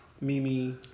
Mimi